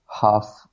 half